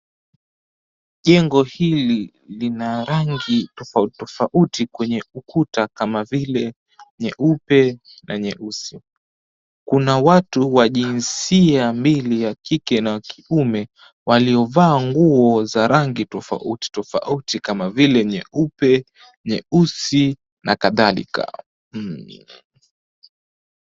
Jengo hili lina rangi tofauti tofauti kwenye ukuta, kama vile, nyeupe na nyeusi. Kuna watu wa jinsia mbili ya kike na kiume, waliovaa nguo za rangi tofauti tofauti, kama vile nyeupe, nyeusi na kadhalika.